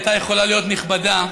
הייתה יכולה להיות נכבדה,